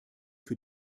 für